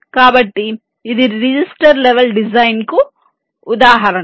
కాబట్టి ఇది register level design కు ఉదాహరణ